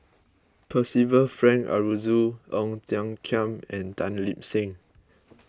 Percival Frank Aroozoo Ong Tiong Khiam and Tan Lip Seng